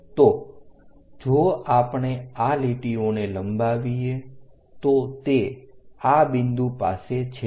તો જો આપણે આ લીટીઓને લંબાવીએ તો તે આ બિંદુ પાસે છેદશે